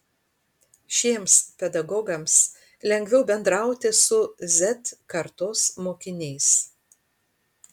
šiems pedagogams lengviau bendrauti su z kartos mokiniais